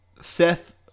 Seth